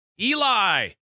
eli